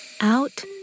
out